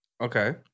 Okay